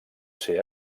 ser